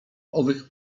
owych